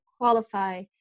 qualify